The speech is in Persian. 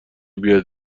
بیاد